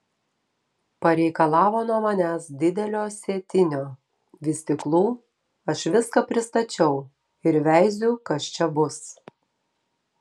pareikalavo nuo manęs didelio sėtinio vystyklų aš viską pristačiau ir veiziu kas čia bus